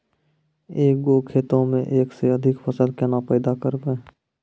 एक गो खेतो मे एक से अधिक फसल केना पैदा करबै?